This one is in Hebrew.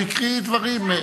הוא הקריא דברים.